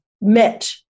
met